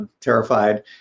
terrified